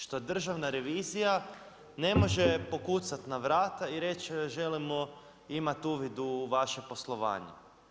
Što Državna revizija, ne može pokucati na vrata i reći želimo imati uvid u vaše poslovanje.